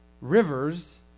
rivers